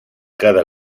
cada